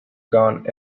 gone